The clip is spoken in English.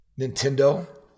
Nintendo